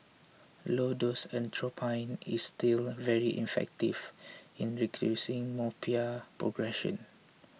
low dose atropine is still very effective in reducing myopia progression